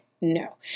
No